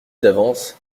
d’avance